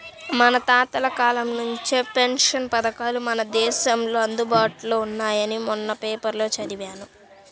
మన తాతల కాలం నుంచే పెన్షన్ పథకాలు మన దేశంలో అందుబాటులో ఉన్నాయని మొన్న పేపర్లో చదివాను